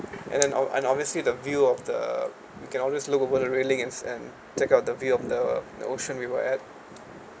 and then ob~ and obviously the view of the we can always look over the railings and check out the view of the the ocean we were at